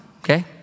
Okay